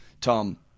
Tom